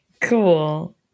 Cool